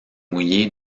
mouillé